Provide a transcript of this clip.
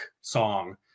song